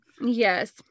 Yes